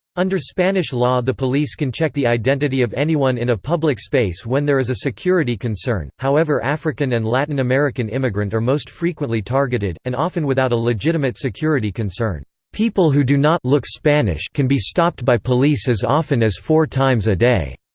under spanish law the police can check the identity of anyone in a public space when there is a security concern however african and latin american immigrant are most frequently targeted, and often without a legitimate security concern. concern. people who do not look spanish can be stopped by police as often as four times a day,